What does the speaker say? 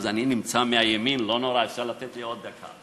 אז אני מהימין, לא נורא, אפשר לתת לי עוד דקה.